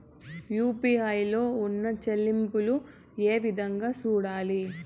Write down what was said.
UPI లో ఉన్న చెల్లింపులు ఏ విధంగా సూడాలి